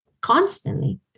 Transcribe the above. Constantly